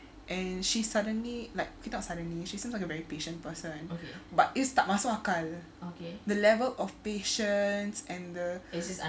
and she suddenly like not suddenly she seems like a very patient person but it's tak masuk akal the level of patients and the